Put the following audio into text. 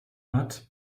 watt